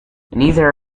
neither